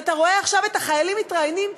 ואתה רואה עכשיו את החיילים מתראיינים,